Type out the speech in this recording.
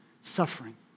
suffering